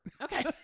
Okay